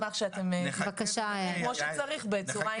נשמח שאתם --- כמו שצריך, בצורה עניינית.